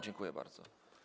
Dziękuję bardzo.